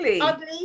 ugly